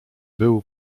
był